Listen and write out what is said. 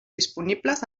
disponibles